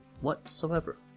whatsoever